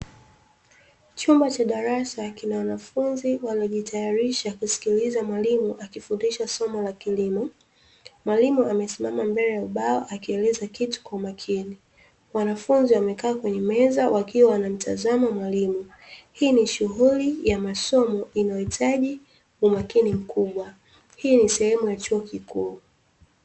Chumba cha darasa kinawanafunzi wanaojitayarisha kusikiliza mwalimu akifundisha somo la kilimo, mwalimu amesimama mbele ya ubao akieleza kitu kwa makini, wanafunzi wamekaa kwenye meza wakiwa wanamtazama mwalimu, hii ni shughli ya masomo inayohitaji umakini mkubwa, hii ni sehemu ya chuo kikuu.